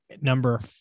Number